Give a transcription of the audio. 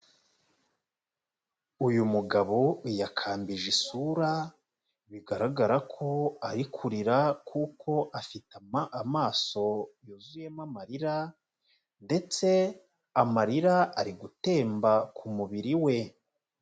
Uyu mugabo yakambije isura bigaragara ko ari kurira kuko afite amaso yuzuyemo amarira ndetse amarira ari gutemba ku mubiri we.